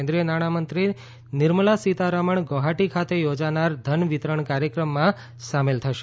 કેન્દ્રીય નાણામંત્રી નિર્મલા સીતારમણ ગોહાટી ખાતે યોજાનાર ધન વિતરણ કાર્યક્રમમાં સામેલ થશે